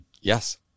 yes